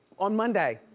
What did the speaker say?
on monday.